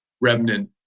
remnant